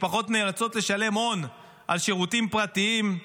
משפחות נאלצות לשלם הון על שירותים פרטיים.